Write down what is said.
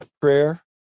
prayer